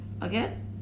Again